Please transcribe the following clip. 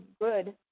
good –